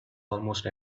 almost